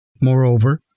Moreover